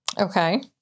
Okay